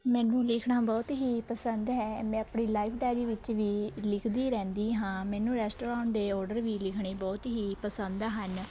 ਮੈਨੂੰ ਲਿਖਣਾ ਬਹੁਤ ਹੀ ਪਸੰਦ ਹੈ ਮੈਂ ਆਪਣੀ ਲਾਈਫ ਡਾਇਰੀ ਵਿੱਚ ਵੀ ਲਿਖਦੀ ਰਹਿੰਦੀ ਹਾਂ ਮੈਨੂੰ ਰੈਸਟੋਰੋਂਟ ਦੇ ਔਡਰ ਵੀ ਲਿਖਣੇ ਬਹੁਤ ਹੀ ਪਸੰਦ ਹਨ